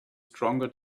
stronger